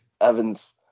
Evan's